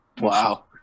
Wow